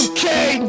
Okay